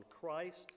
Christ